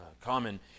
common